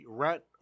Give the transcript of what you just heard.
rat